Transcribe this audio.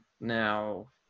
Now